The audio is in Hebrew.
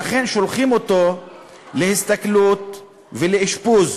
אינו אחראי למעשיו.